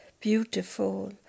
beautiful